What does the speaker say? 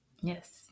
Yes